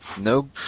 no